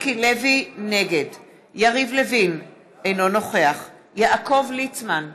נגד יריב לוין, אינו נוכח יעקב ליצמן,